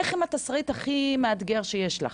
לך עם התסריט הכי מאתגר שיש לך.